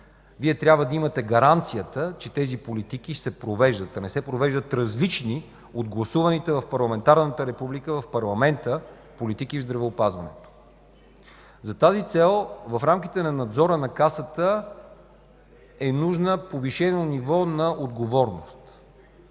Вие трябва да имате гаранцията, че тези политики се провеждат, а не се провеждат различни от гласуваните в парламентарната република, в парламента политики в здравеопазването. За тази цел в рамките на надзора на Касата е нужно повишено ниво на отговорност.